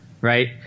right